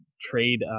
trade